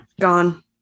Gone